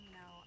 no